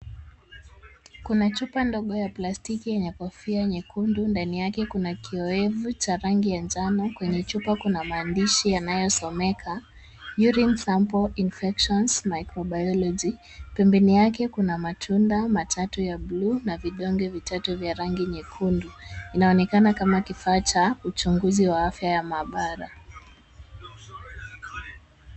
Kuna chupa ndogo ya plastiki yenye kofia nyekundu. Ndani yake kuna kioevu cha rangi ya njano, kwenye chupa kuna maandishi yanayosomeka Urine sample infection microbiology pembeni yake kuna matunda matatu ya bluu na vidonge vitatu vya rangi nyekundu inaonekana kama kifaa cha uchunguzi wa afya ya maabara.